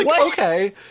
Okay